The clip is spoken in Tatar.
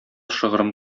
шыгрым